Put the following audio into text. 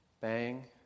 bang